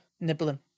nibbling